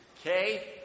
Okay